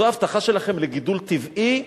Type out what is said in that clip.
זו ההבטחה שלכם לגידול טבעי?